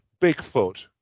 Bigfoot